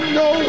no